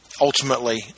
ultimately